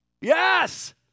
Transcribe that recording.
Yes